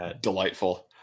delightful